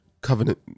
covenant